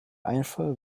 einfall